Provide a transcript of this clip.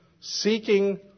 seeking